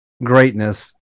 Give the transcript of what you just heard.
greatness